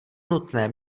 nutné